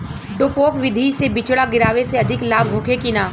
डेपोक विधि से बिचड़ा गिरावे से अधिक लाभ होखे की न?